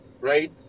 Right